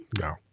No